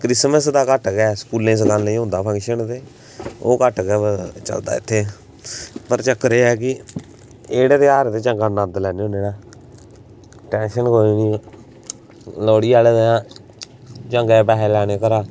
Christmas दा घट्ट गै स्कूलें स्कालें च होंदा फंक्शन ते ओह् घट्ट गै चलदा इत्थै पर चक्कर एह् ऐ कि एह्कड़े तेहार ते चंगा नंद लैन्ने होन्ने ना टैंशन कोई निं लोह्ड़ी आह्ले दिन चंगे पैहे लैने घरा